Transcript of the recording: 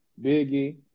Biggie